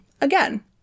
Again